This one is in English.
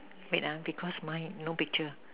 wait lah because mine no picture